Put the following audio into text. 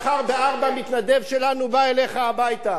מחר ב-16:00 מתנדב שלנו בא אליך הביתה.